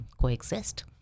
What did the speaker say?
coexist